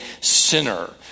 sinner